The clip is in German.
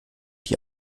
die